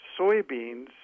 soybeans